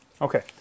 Okay